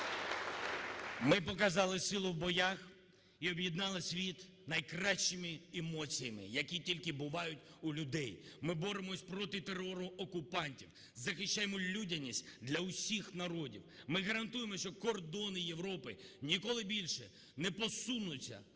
Ми показали силу в боях і об'єднали світ найкращими емоціями, які тільки бувають у людей. Ми боремось проти терору окупантів, захищаємо людяність для усіх народів. Ми гарантуємо, що кордони Європи ніколи більше не посунуться,